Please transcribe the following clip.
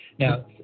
Now